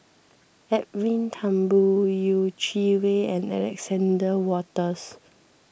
Edwin Thumboo Yeh Chi Wei and Alexander Wolters